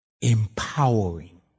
empowering